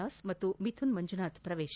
ದಾಸ್ ಮತ್ತು ಮಿಥುನ್ ಮಂಜುನಾಥ್ ಪ್ರವೇಶ